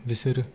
बिसोरो